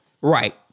Right